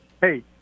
Hey